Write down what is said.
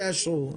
תאשרו,